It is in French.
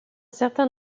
certain